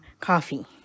coffee